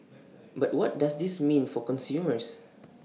but what does this mean for consumers